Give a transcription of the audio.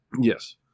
Yes